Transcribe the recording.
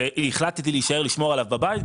והחלטתי להישאר לשמור עליו בבית,